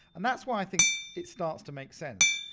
and that's why i think it starts to make sense.